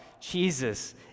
Jesus